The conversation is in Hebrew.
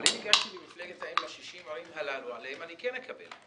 אבל אם הגשתי במפלגת האם ב-60 ערים הללו עליהם אני כן אקבל.